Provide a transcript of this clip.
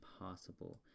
impossible